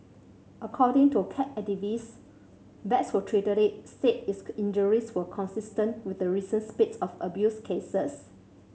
according to cat activists vets who treated it said its injuries were consistent with the recent spate of abuse cases